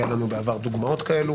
היו לנו בעבר דוגמאות כאלה.